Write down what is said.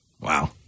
Wow